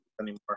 anymore